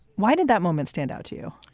why did that moment stand out to you?